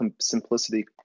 simplicity